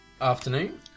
Afternoon